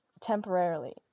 temporarily